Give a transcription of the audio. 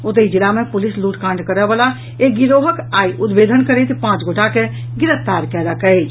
ओतहि जिला मे पुलिस लूटकांड करयवला एक गिरोहक आई उद्भेदन करैत पांच गोटा के गिरफ्तार कयलक अछि